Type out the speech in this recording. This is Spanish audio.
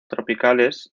tropicales